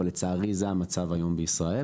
אבל לצערי זה המצב היום בישראל